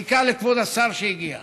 ובעיקר לכבוד השר, שהגיע: